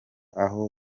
aho